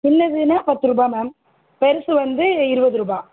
சின்னதுன்னா பத்து ரூபா மேம் பெருசு வந்து இருபது ரூபா